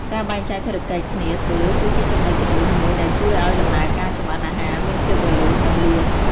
ការបែងចែកភារកិច្ចគ្នាធ្វើគឺជាចំណុចគន្លឹះមួយដែលជួយឱ្យដំណើរការចម្អិនអាហារមានភាពរលូន និងលឿន ។